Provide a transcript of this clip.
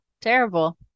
terrible